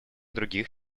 других